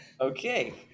Okay